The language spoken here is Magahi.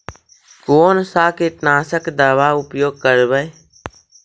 कोन सा कीटनाशक दवा उपयोग करबय?